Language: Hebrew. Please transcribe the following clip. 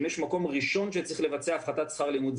אם יש מקום ראשון שצריך לבצע הפחתת שכר לימוד,